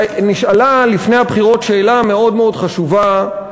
נשאלה לפני הבחירות שאלה מאוד מאוד חשובה,